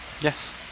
Yes